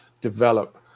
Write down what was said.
develop